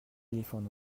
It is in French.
éléphants